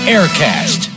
Aircast